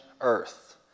Earth